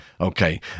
Okay